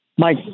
Mike